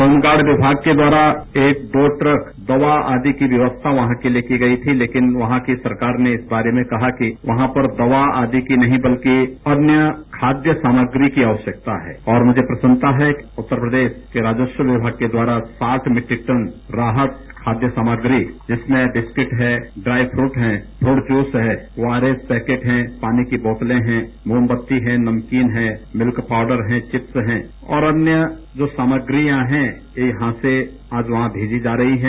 home guard विमाग के द्वारा एक दो ट्रक दवा आदि की व्यवस्था कहां के लिए की गई थी लेकिन वहां की सरकार ने इस बारे में कहा कि वहां पर दया आदि की नहीं बल्कि अन्य खादय सामग्री की आवश्यकता है और मुझे प्रसन्नता है कि उत्तर प्रदेश के राजस्व विभाग के द्वारा सात मीट्रिक टन राहत खाद्य सामग्री इसमें बिस्किट हैं ड्राई फूट हैं फूट जूस हैं पानी को बोतलें हैं मोमबत्ती हैं नमकीन हैं मिल्कपाउडर है चिप्स हैं और अन्य जो सामग्रियां हैं यहां से वहीं भेजी जा रही हैं